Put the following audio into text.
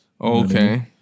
okay